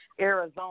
Arizona